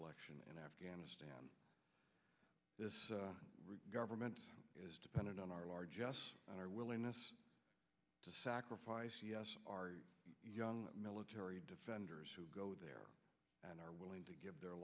election in afghanistan this government is dependent on our large us and our willingness to sacrifice our young military defenders who go there and are willing to give their